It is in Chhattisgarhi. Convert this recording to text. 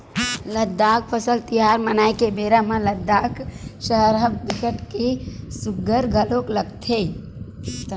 लद्दाख फसल तिहार मनाए के बेरा म लद्दाख सहर ह बिकट के सुग्घर घलोक लगथे